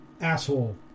asshole